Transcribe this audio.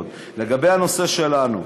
לגבי הנושא שלנו,